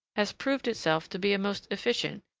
has proved itself to be a most efficient,